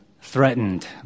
threatened